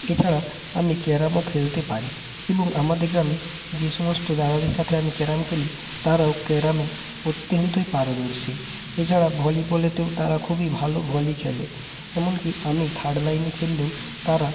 এছাড়া আমি ক্যারমও খেলতে পারি এবং আমাদের গ্রামে যে সমস্ত দাদাদের সাথে আমি ক্যারম খেলি তারাও ক্যারমে অত্যেন্তই পারদর্শী এছাড়া ভলিবলেও তারা খুবই ভালো ভলি খেলে এমনকি আমি থার্ড লাইনে খেললেও তারা